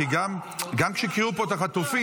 גם כשהקריאו פה את החטופים,